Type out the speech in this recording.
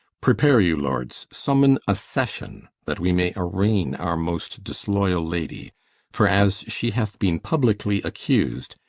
prepare you, lords summon a session, that we may arraign our most disloyal lady for, as she hath been publicly accus'd,